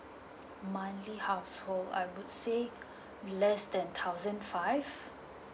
monthly household I would say less than thousand five